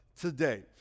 today